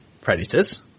Predators